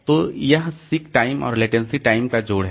तो वह seek time और लेटेंसी टाइम का जोड़ है